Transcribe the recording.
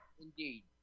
Indeed